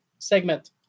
Segment